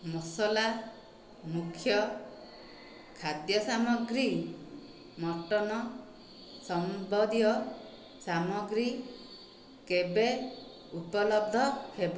ମସଲା ମୁଖ୍ୟ ଖାଦ୍ୟ ସାମଗ୍ରୀ ମଟନ୍ ସମ୍ବନ୍ଧୀୟ ସାମଗ୍ରୀ କେବେ ଉପଲବ୍ଧ ହେବ